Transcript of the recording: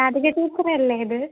Athira teacher അല്ലേ ഇത്